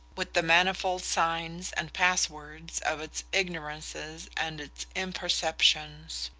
with the manifold signs and pass-words of its ignorances and its imperceptions.